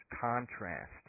contrast